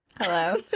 Hello